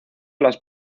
las